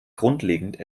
grundlegend